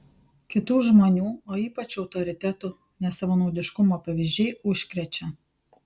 kitų žmonių o ypač autoritetų nesavanaudiškumo pavyzdžiai užkrečia